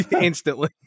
instantly